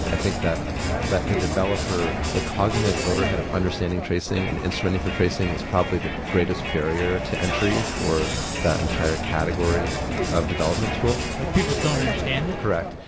i think that that the developer, the cognitive overhead of understanding tracing and instrumenting for tracing is probably the greatest barrier to entry for that entire category of development tool like people don't understand it correct.